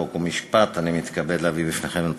חוק ומשפט אני מתכבד להביא בפניכם את